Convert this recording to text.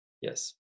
Yes